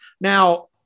Now